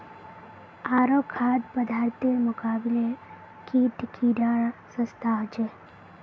आरो खाद्य पदार्थेर मुकाबले कीट कीडा सस्ता ह छे